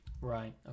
Right